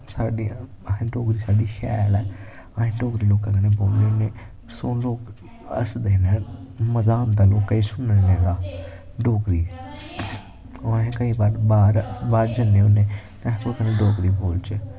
साढ़ी असें डोगरी साढ़ी शैल ऐ अस डोगरी लोकें कन्नै बोलने होन्ने सुनी लोक ह दे नै मज़ा आंदा ऐ लोकें सुनने दा डोगरी और अस केंई बार बाह्र जन्ने होने अस कुसै कन्नै डोगरी बोलचै